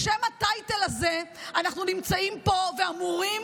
בשם הטייטל הזה אנחנו נמצאים פה ואמורים